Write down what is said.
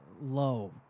low